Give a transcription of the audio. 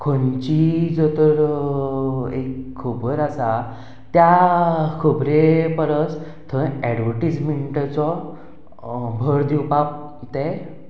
खंयचीय जर तर एक खबर आसा त्या खबरे परस थंय एडवटीजमेंटाचो भर दिवपाक ते